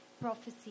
prophecy